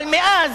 אבל מאז,